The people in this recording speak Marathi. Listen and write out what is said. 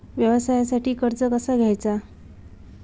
व्यवसायासाठी कर्ज कसा घ्यायचा?